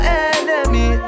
enemy